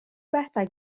bethau